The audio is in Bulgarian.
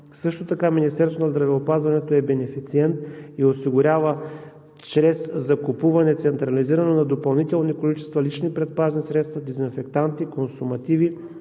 Също така Министерството на здравеопазването е бенефициент и осигурява чрез централизирано закупуване на допълнителни количества лични предпазни средства, дезинфектанти, консумативи,